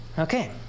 Okay